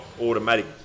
automatic